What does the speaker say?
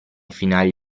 finali